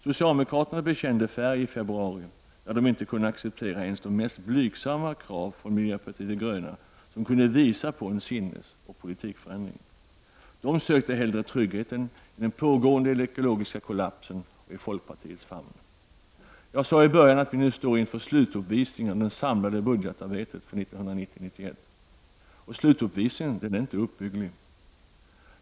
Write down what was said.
Socialdemokraterna bekände färg i februari när de inte kunde acceptera ens de mest blygsamma krav från miljöpartiet de gröna som kunde visa på en sinnesändring och en ändrad politik. De sökte hellre tryggheten i den pågående ekologiska kollapsen och i folkpartiets famn. Jag sade i början av mitt anförande att vi nu står inför slutuppvisningen av det samlade bugetarbetet för året 1990/91. Slutuppvisningen är inte uppbygglig.